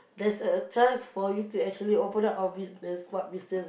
there's a chance for you to actually open up a business what business